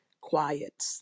quiet